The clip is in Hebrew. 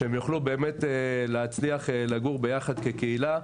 שהם יוכלו באמת להצליח לגור ביחד כקהילה.